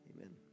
Amen